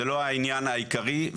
זה לא העניין העיקרי.